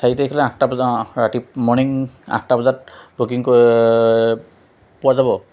চাৰি তাৰিখলৈ আঠটা বজা অ' ৰাতি মৰ্ণিং আঠটা বজাত বুকিং ক পোৱা যাব